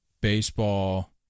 baseball